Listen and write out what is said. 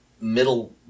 middle